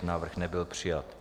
Návrh nebyl přijat.